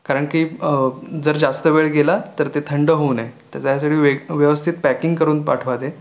कारण की जर जास्त वेळ गेला तर ते थंड होऊ नये तर त्यासाठी वे व्यवस्थित पॅकिंग करून पाठवा ते